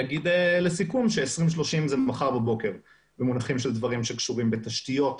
אגיד לסיכום ש-2030 זה מחר בבוקר במונחים של דברים שקשורים בתשתיות,